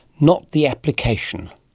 not the application.